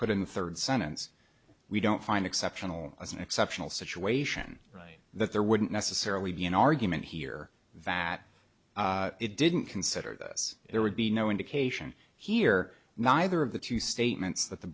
put in the third sentence we don't find exceptional as an exceptional situation right that there wouldn't necessarily be an argument here vat it didn't consider this there would be no indication here neither of the two statements that the